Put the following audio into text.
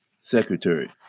Secretary